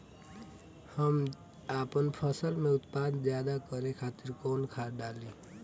हम आपन फसल में उत्पादन ज्यदा करे खातिर कौन खाद डाली?